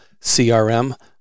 CRM